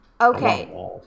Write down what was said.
Okay